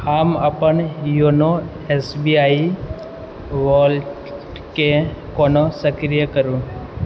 हम अपन YONO S B I वॉलेटकेँ कोना सक्रिय करू